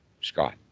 Scott